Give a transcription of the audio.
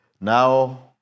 Now